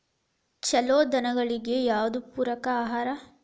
ಛಲೋ ದನಗಳಿಗೆ ಯಾವ್ದು ಪೂರಕ ಆಹಾರ?